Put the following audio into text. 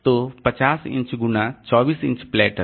तो 50 इंच गुणा 24 inch platter